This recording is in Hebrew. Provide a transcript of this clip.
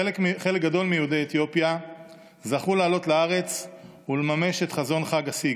חלק גדול מיהודי אתיופיה זכו לעלות לארץ ולממש את חזון חג הסיגד,